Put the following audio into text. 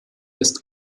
ist